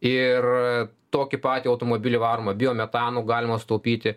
ir tokį patį automobilį varomą biometanu galima sutaupyti